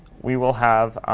we will have,